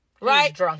Right